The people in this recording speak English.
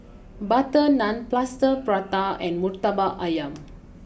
Butter Naan Plaster Prata and Murtabak Ayam